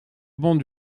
bancs